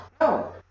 No